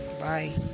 Bye